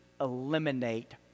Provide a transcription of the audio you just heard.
eliminate